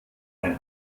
ein